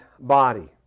body